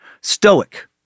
Stoic